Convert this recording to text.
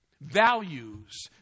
values